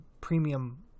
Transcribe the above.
premium